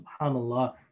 subhanAllah